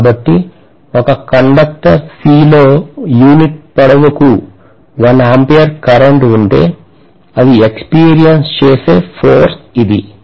కాబట్టి ఒక conductor C లో యూనిట్ పొడవుకు 1 A కరెంట్ ఉంటే అది ఎక్సపెరియన్స్ చేసిన ఫోర్స్ ఇది